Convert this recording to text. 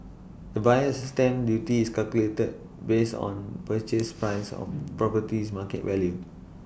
the buyer's stamp duty is calculated based on purchase price or property's market value